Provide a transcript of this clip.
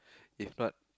if not